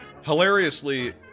Hilariously